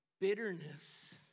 bitterness